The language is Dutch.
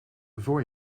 voor